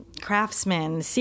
craftsmen